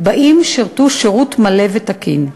אם שירתו שירות מלא ותקין.